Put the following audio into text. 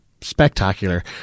spectacular